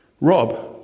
Rob